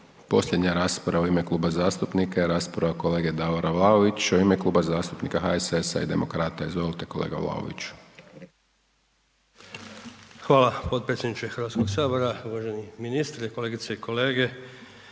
Posljednja rasprava u ime kluba zastupnika je rasprava kolege Davora Vlaovića u ime Kluba zastupnika HSS-a i Demokrata, izvolite kolega Vlaović. **Vlaović, Davor (HSS)** Hvala potpredsjedniče Hrvatskog sabora, uvaženi ministre, kolegice i kolege.